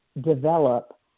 develop